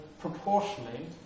proportionally